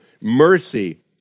mercy